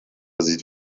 sieht